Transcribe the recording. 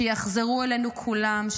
שיחזרו אלינו כולם,